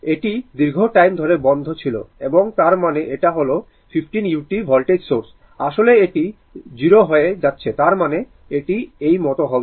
এটি দীর্ঘ টাইম ধরে বন্ধ ছিল এবং তার মানে এটা হল 15 u ভোল্টেজ সোর্স আসলে এটি 0 হয়ে যাচ্ছে তার মানে এটি এই মত হবে